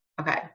Okay